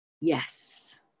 Yes